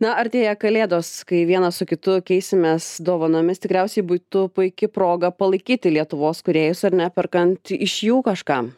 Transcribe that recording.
na artėja kalėdos kai vienas su kitu keisimės dovanomis tikriausiai būtų puiki proga palaikyti lietuvos kūrėjus ar ne perkant iš jų kažką